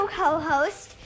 co-host